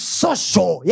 social